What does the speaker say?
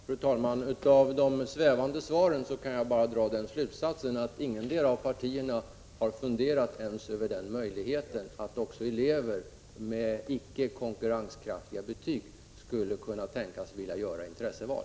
Fru talman! Av de svävande svaren kan jag bara dra slutsatsen att ingetdera av partierna ens har funderat över möjligheten att också elever med icke konkurrenskraftiga betyg skulle kunna tänkas vilja göra intresseval.